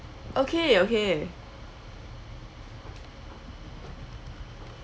okay okay